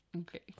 Okay